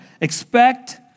expect